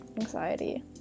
Anxiety